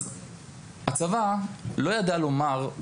אז הצבא לא ידע לומר,